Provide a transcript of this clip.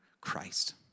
Christ